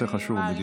נושא חשוב.